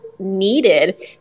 needed